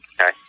Okay